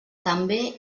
també